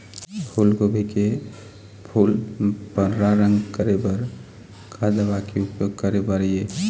फूलगोभी के फूल पर्रा रंग करे बर का दवा के उपयोग करे बर ये?